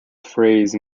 phrase